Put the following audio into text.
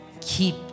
Keep